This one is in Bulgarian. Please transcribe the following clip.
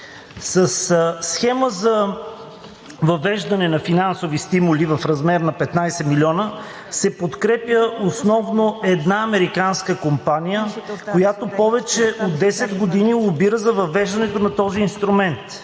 Със схема за въвеждане на финансови стимули в размер на 15 милиона се подкрепя основно една американска компания, която повече от 10 години лобира за въвеждането на този инструмент.